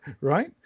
right